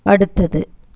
அடுத்தது